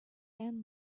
and